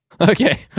Okay